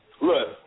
look